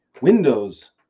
Windows